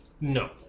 No